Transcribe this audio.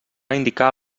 indicar